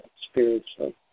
spiritually